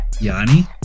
Yanni